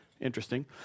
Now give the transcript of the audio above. Interesting